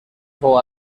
fou